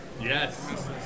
Yes